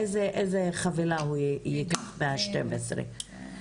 איזה חבילה הוא ייקח מה-12 האלה.